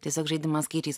tiesiog žaidimas skaičiais